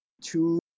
two